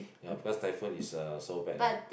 ya because typhoon is uh so bad ah